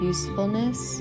Usefulness